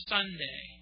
Sunday